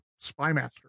spymaster